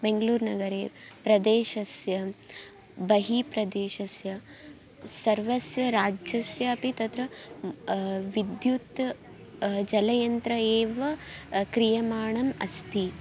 बेङ्गलूरुनगरे प्रदेशस्य बहिः प्रदेशस्य सर्वस्य राज्यस्य अपि तत्र विद्युत् जलयन्त्रम् एव क्रियमाणम् अस्ति